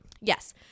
Yes